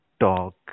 talk